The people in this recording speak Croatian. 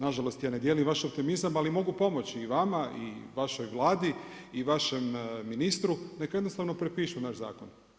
Na žalost ja ne dijelim vaš optimizam, ali mogu pomoći i vama i vašoj Vladi i vašem ministru neka jednostavno prepišu naš zakon.